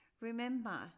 Remember